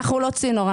אנחנו לא צינור.